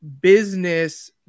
business